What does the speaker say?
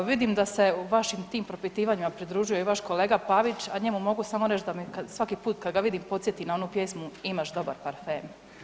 Vidim da se vašim tim propitivanjima pridružuje i vaš kolega Pavić, a njemu mogu samo reći da svaki put kad ga vidim podsjeti na onu pjesmu „Imaš dobar parfem“